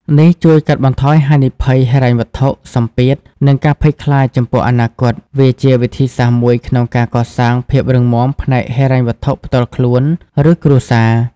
នេះជួយកាត់បន្ថយហានិភ័យហិរញ្ញវត្ថុ សម្ពាធ និងការភ័យខ្លាចចំពោះអនាគត វាជាវិធីសាស្ត្រមួយក្នុងការកសាងភាពរឹងមាំផ្នែកហិរញ្ញវត្ថុផ្ទាល់ខ្លួន ឬគ្រួសារ។